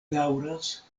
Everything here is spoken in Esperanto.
daŭras